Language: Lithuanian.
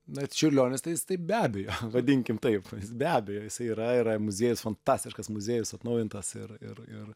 na čiurlionis tai jis tai be abejo vadinkim taip be abejo jisai yra yra muziejus fantastiškas muziejus atnaujintas ir ir ir